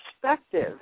perspective